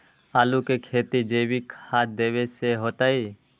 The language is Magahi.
आलु के खेती जैविक खाध देवे से होतई?